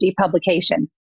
publications